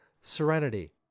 serenity